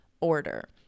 order